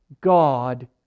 God